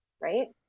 Right